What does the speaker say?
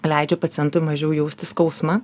leidžia pacientui mažiau jausti skausmą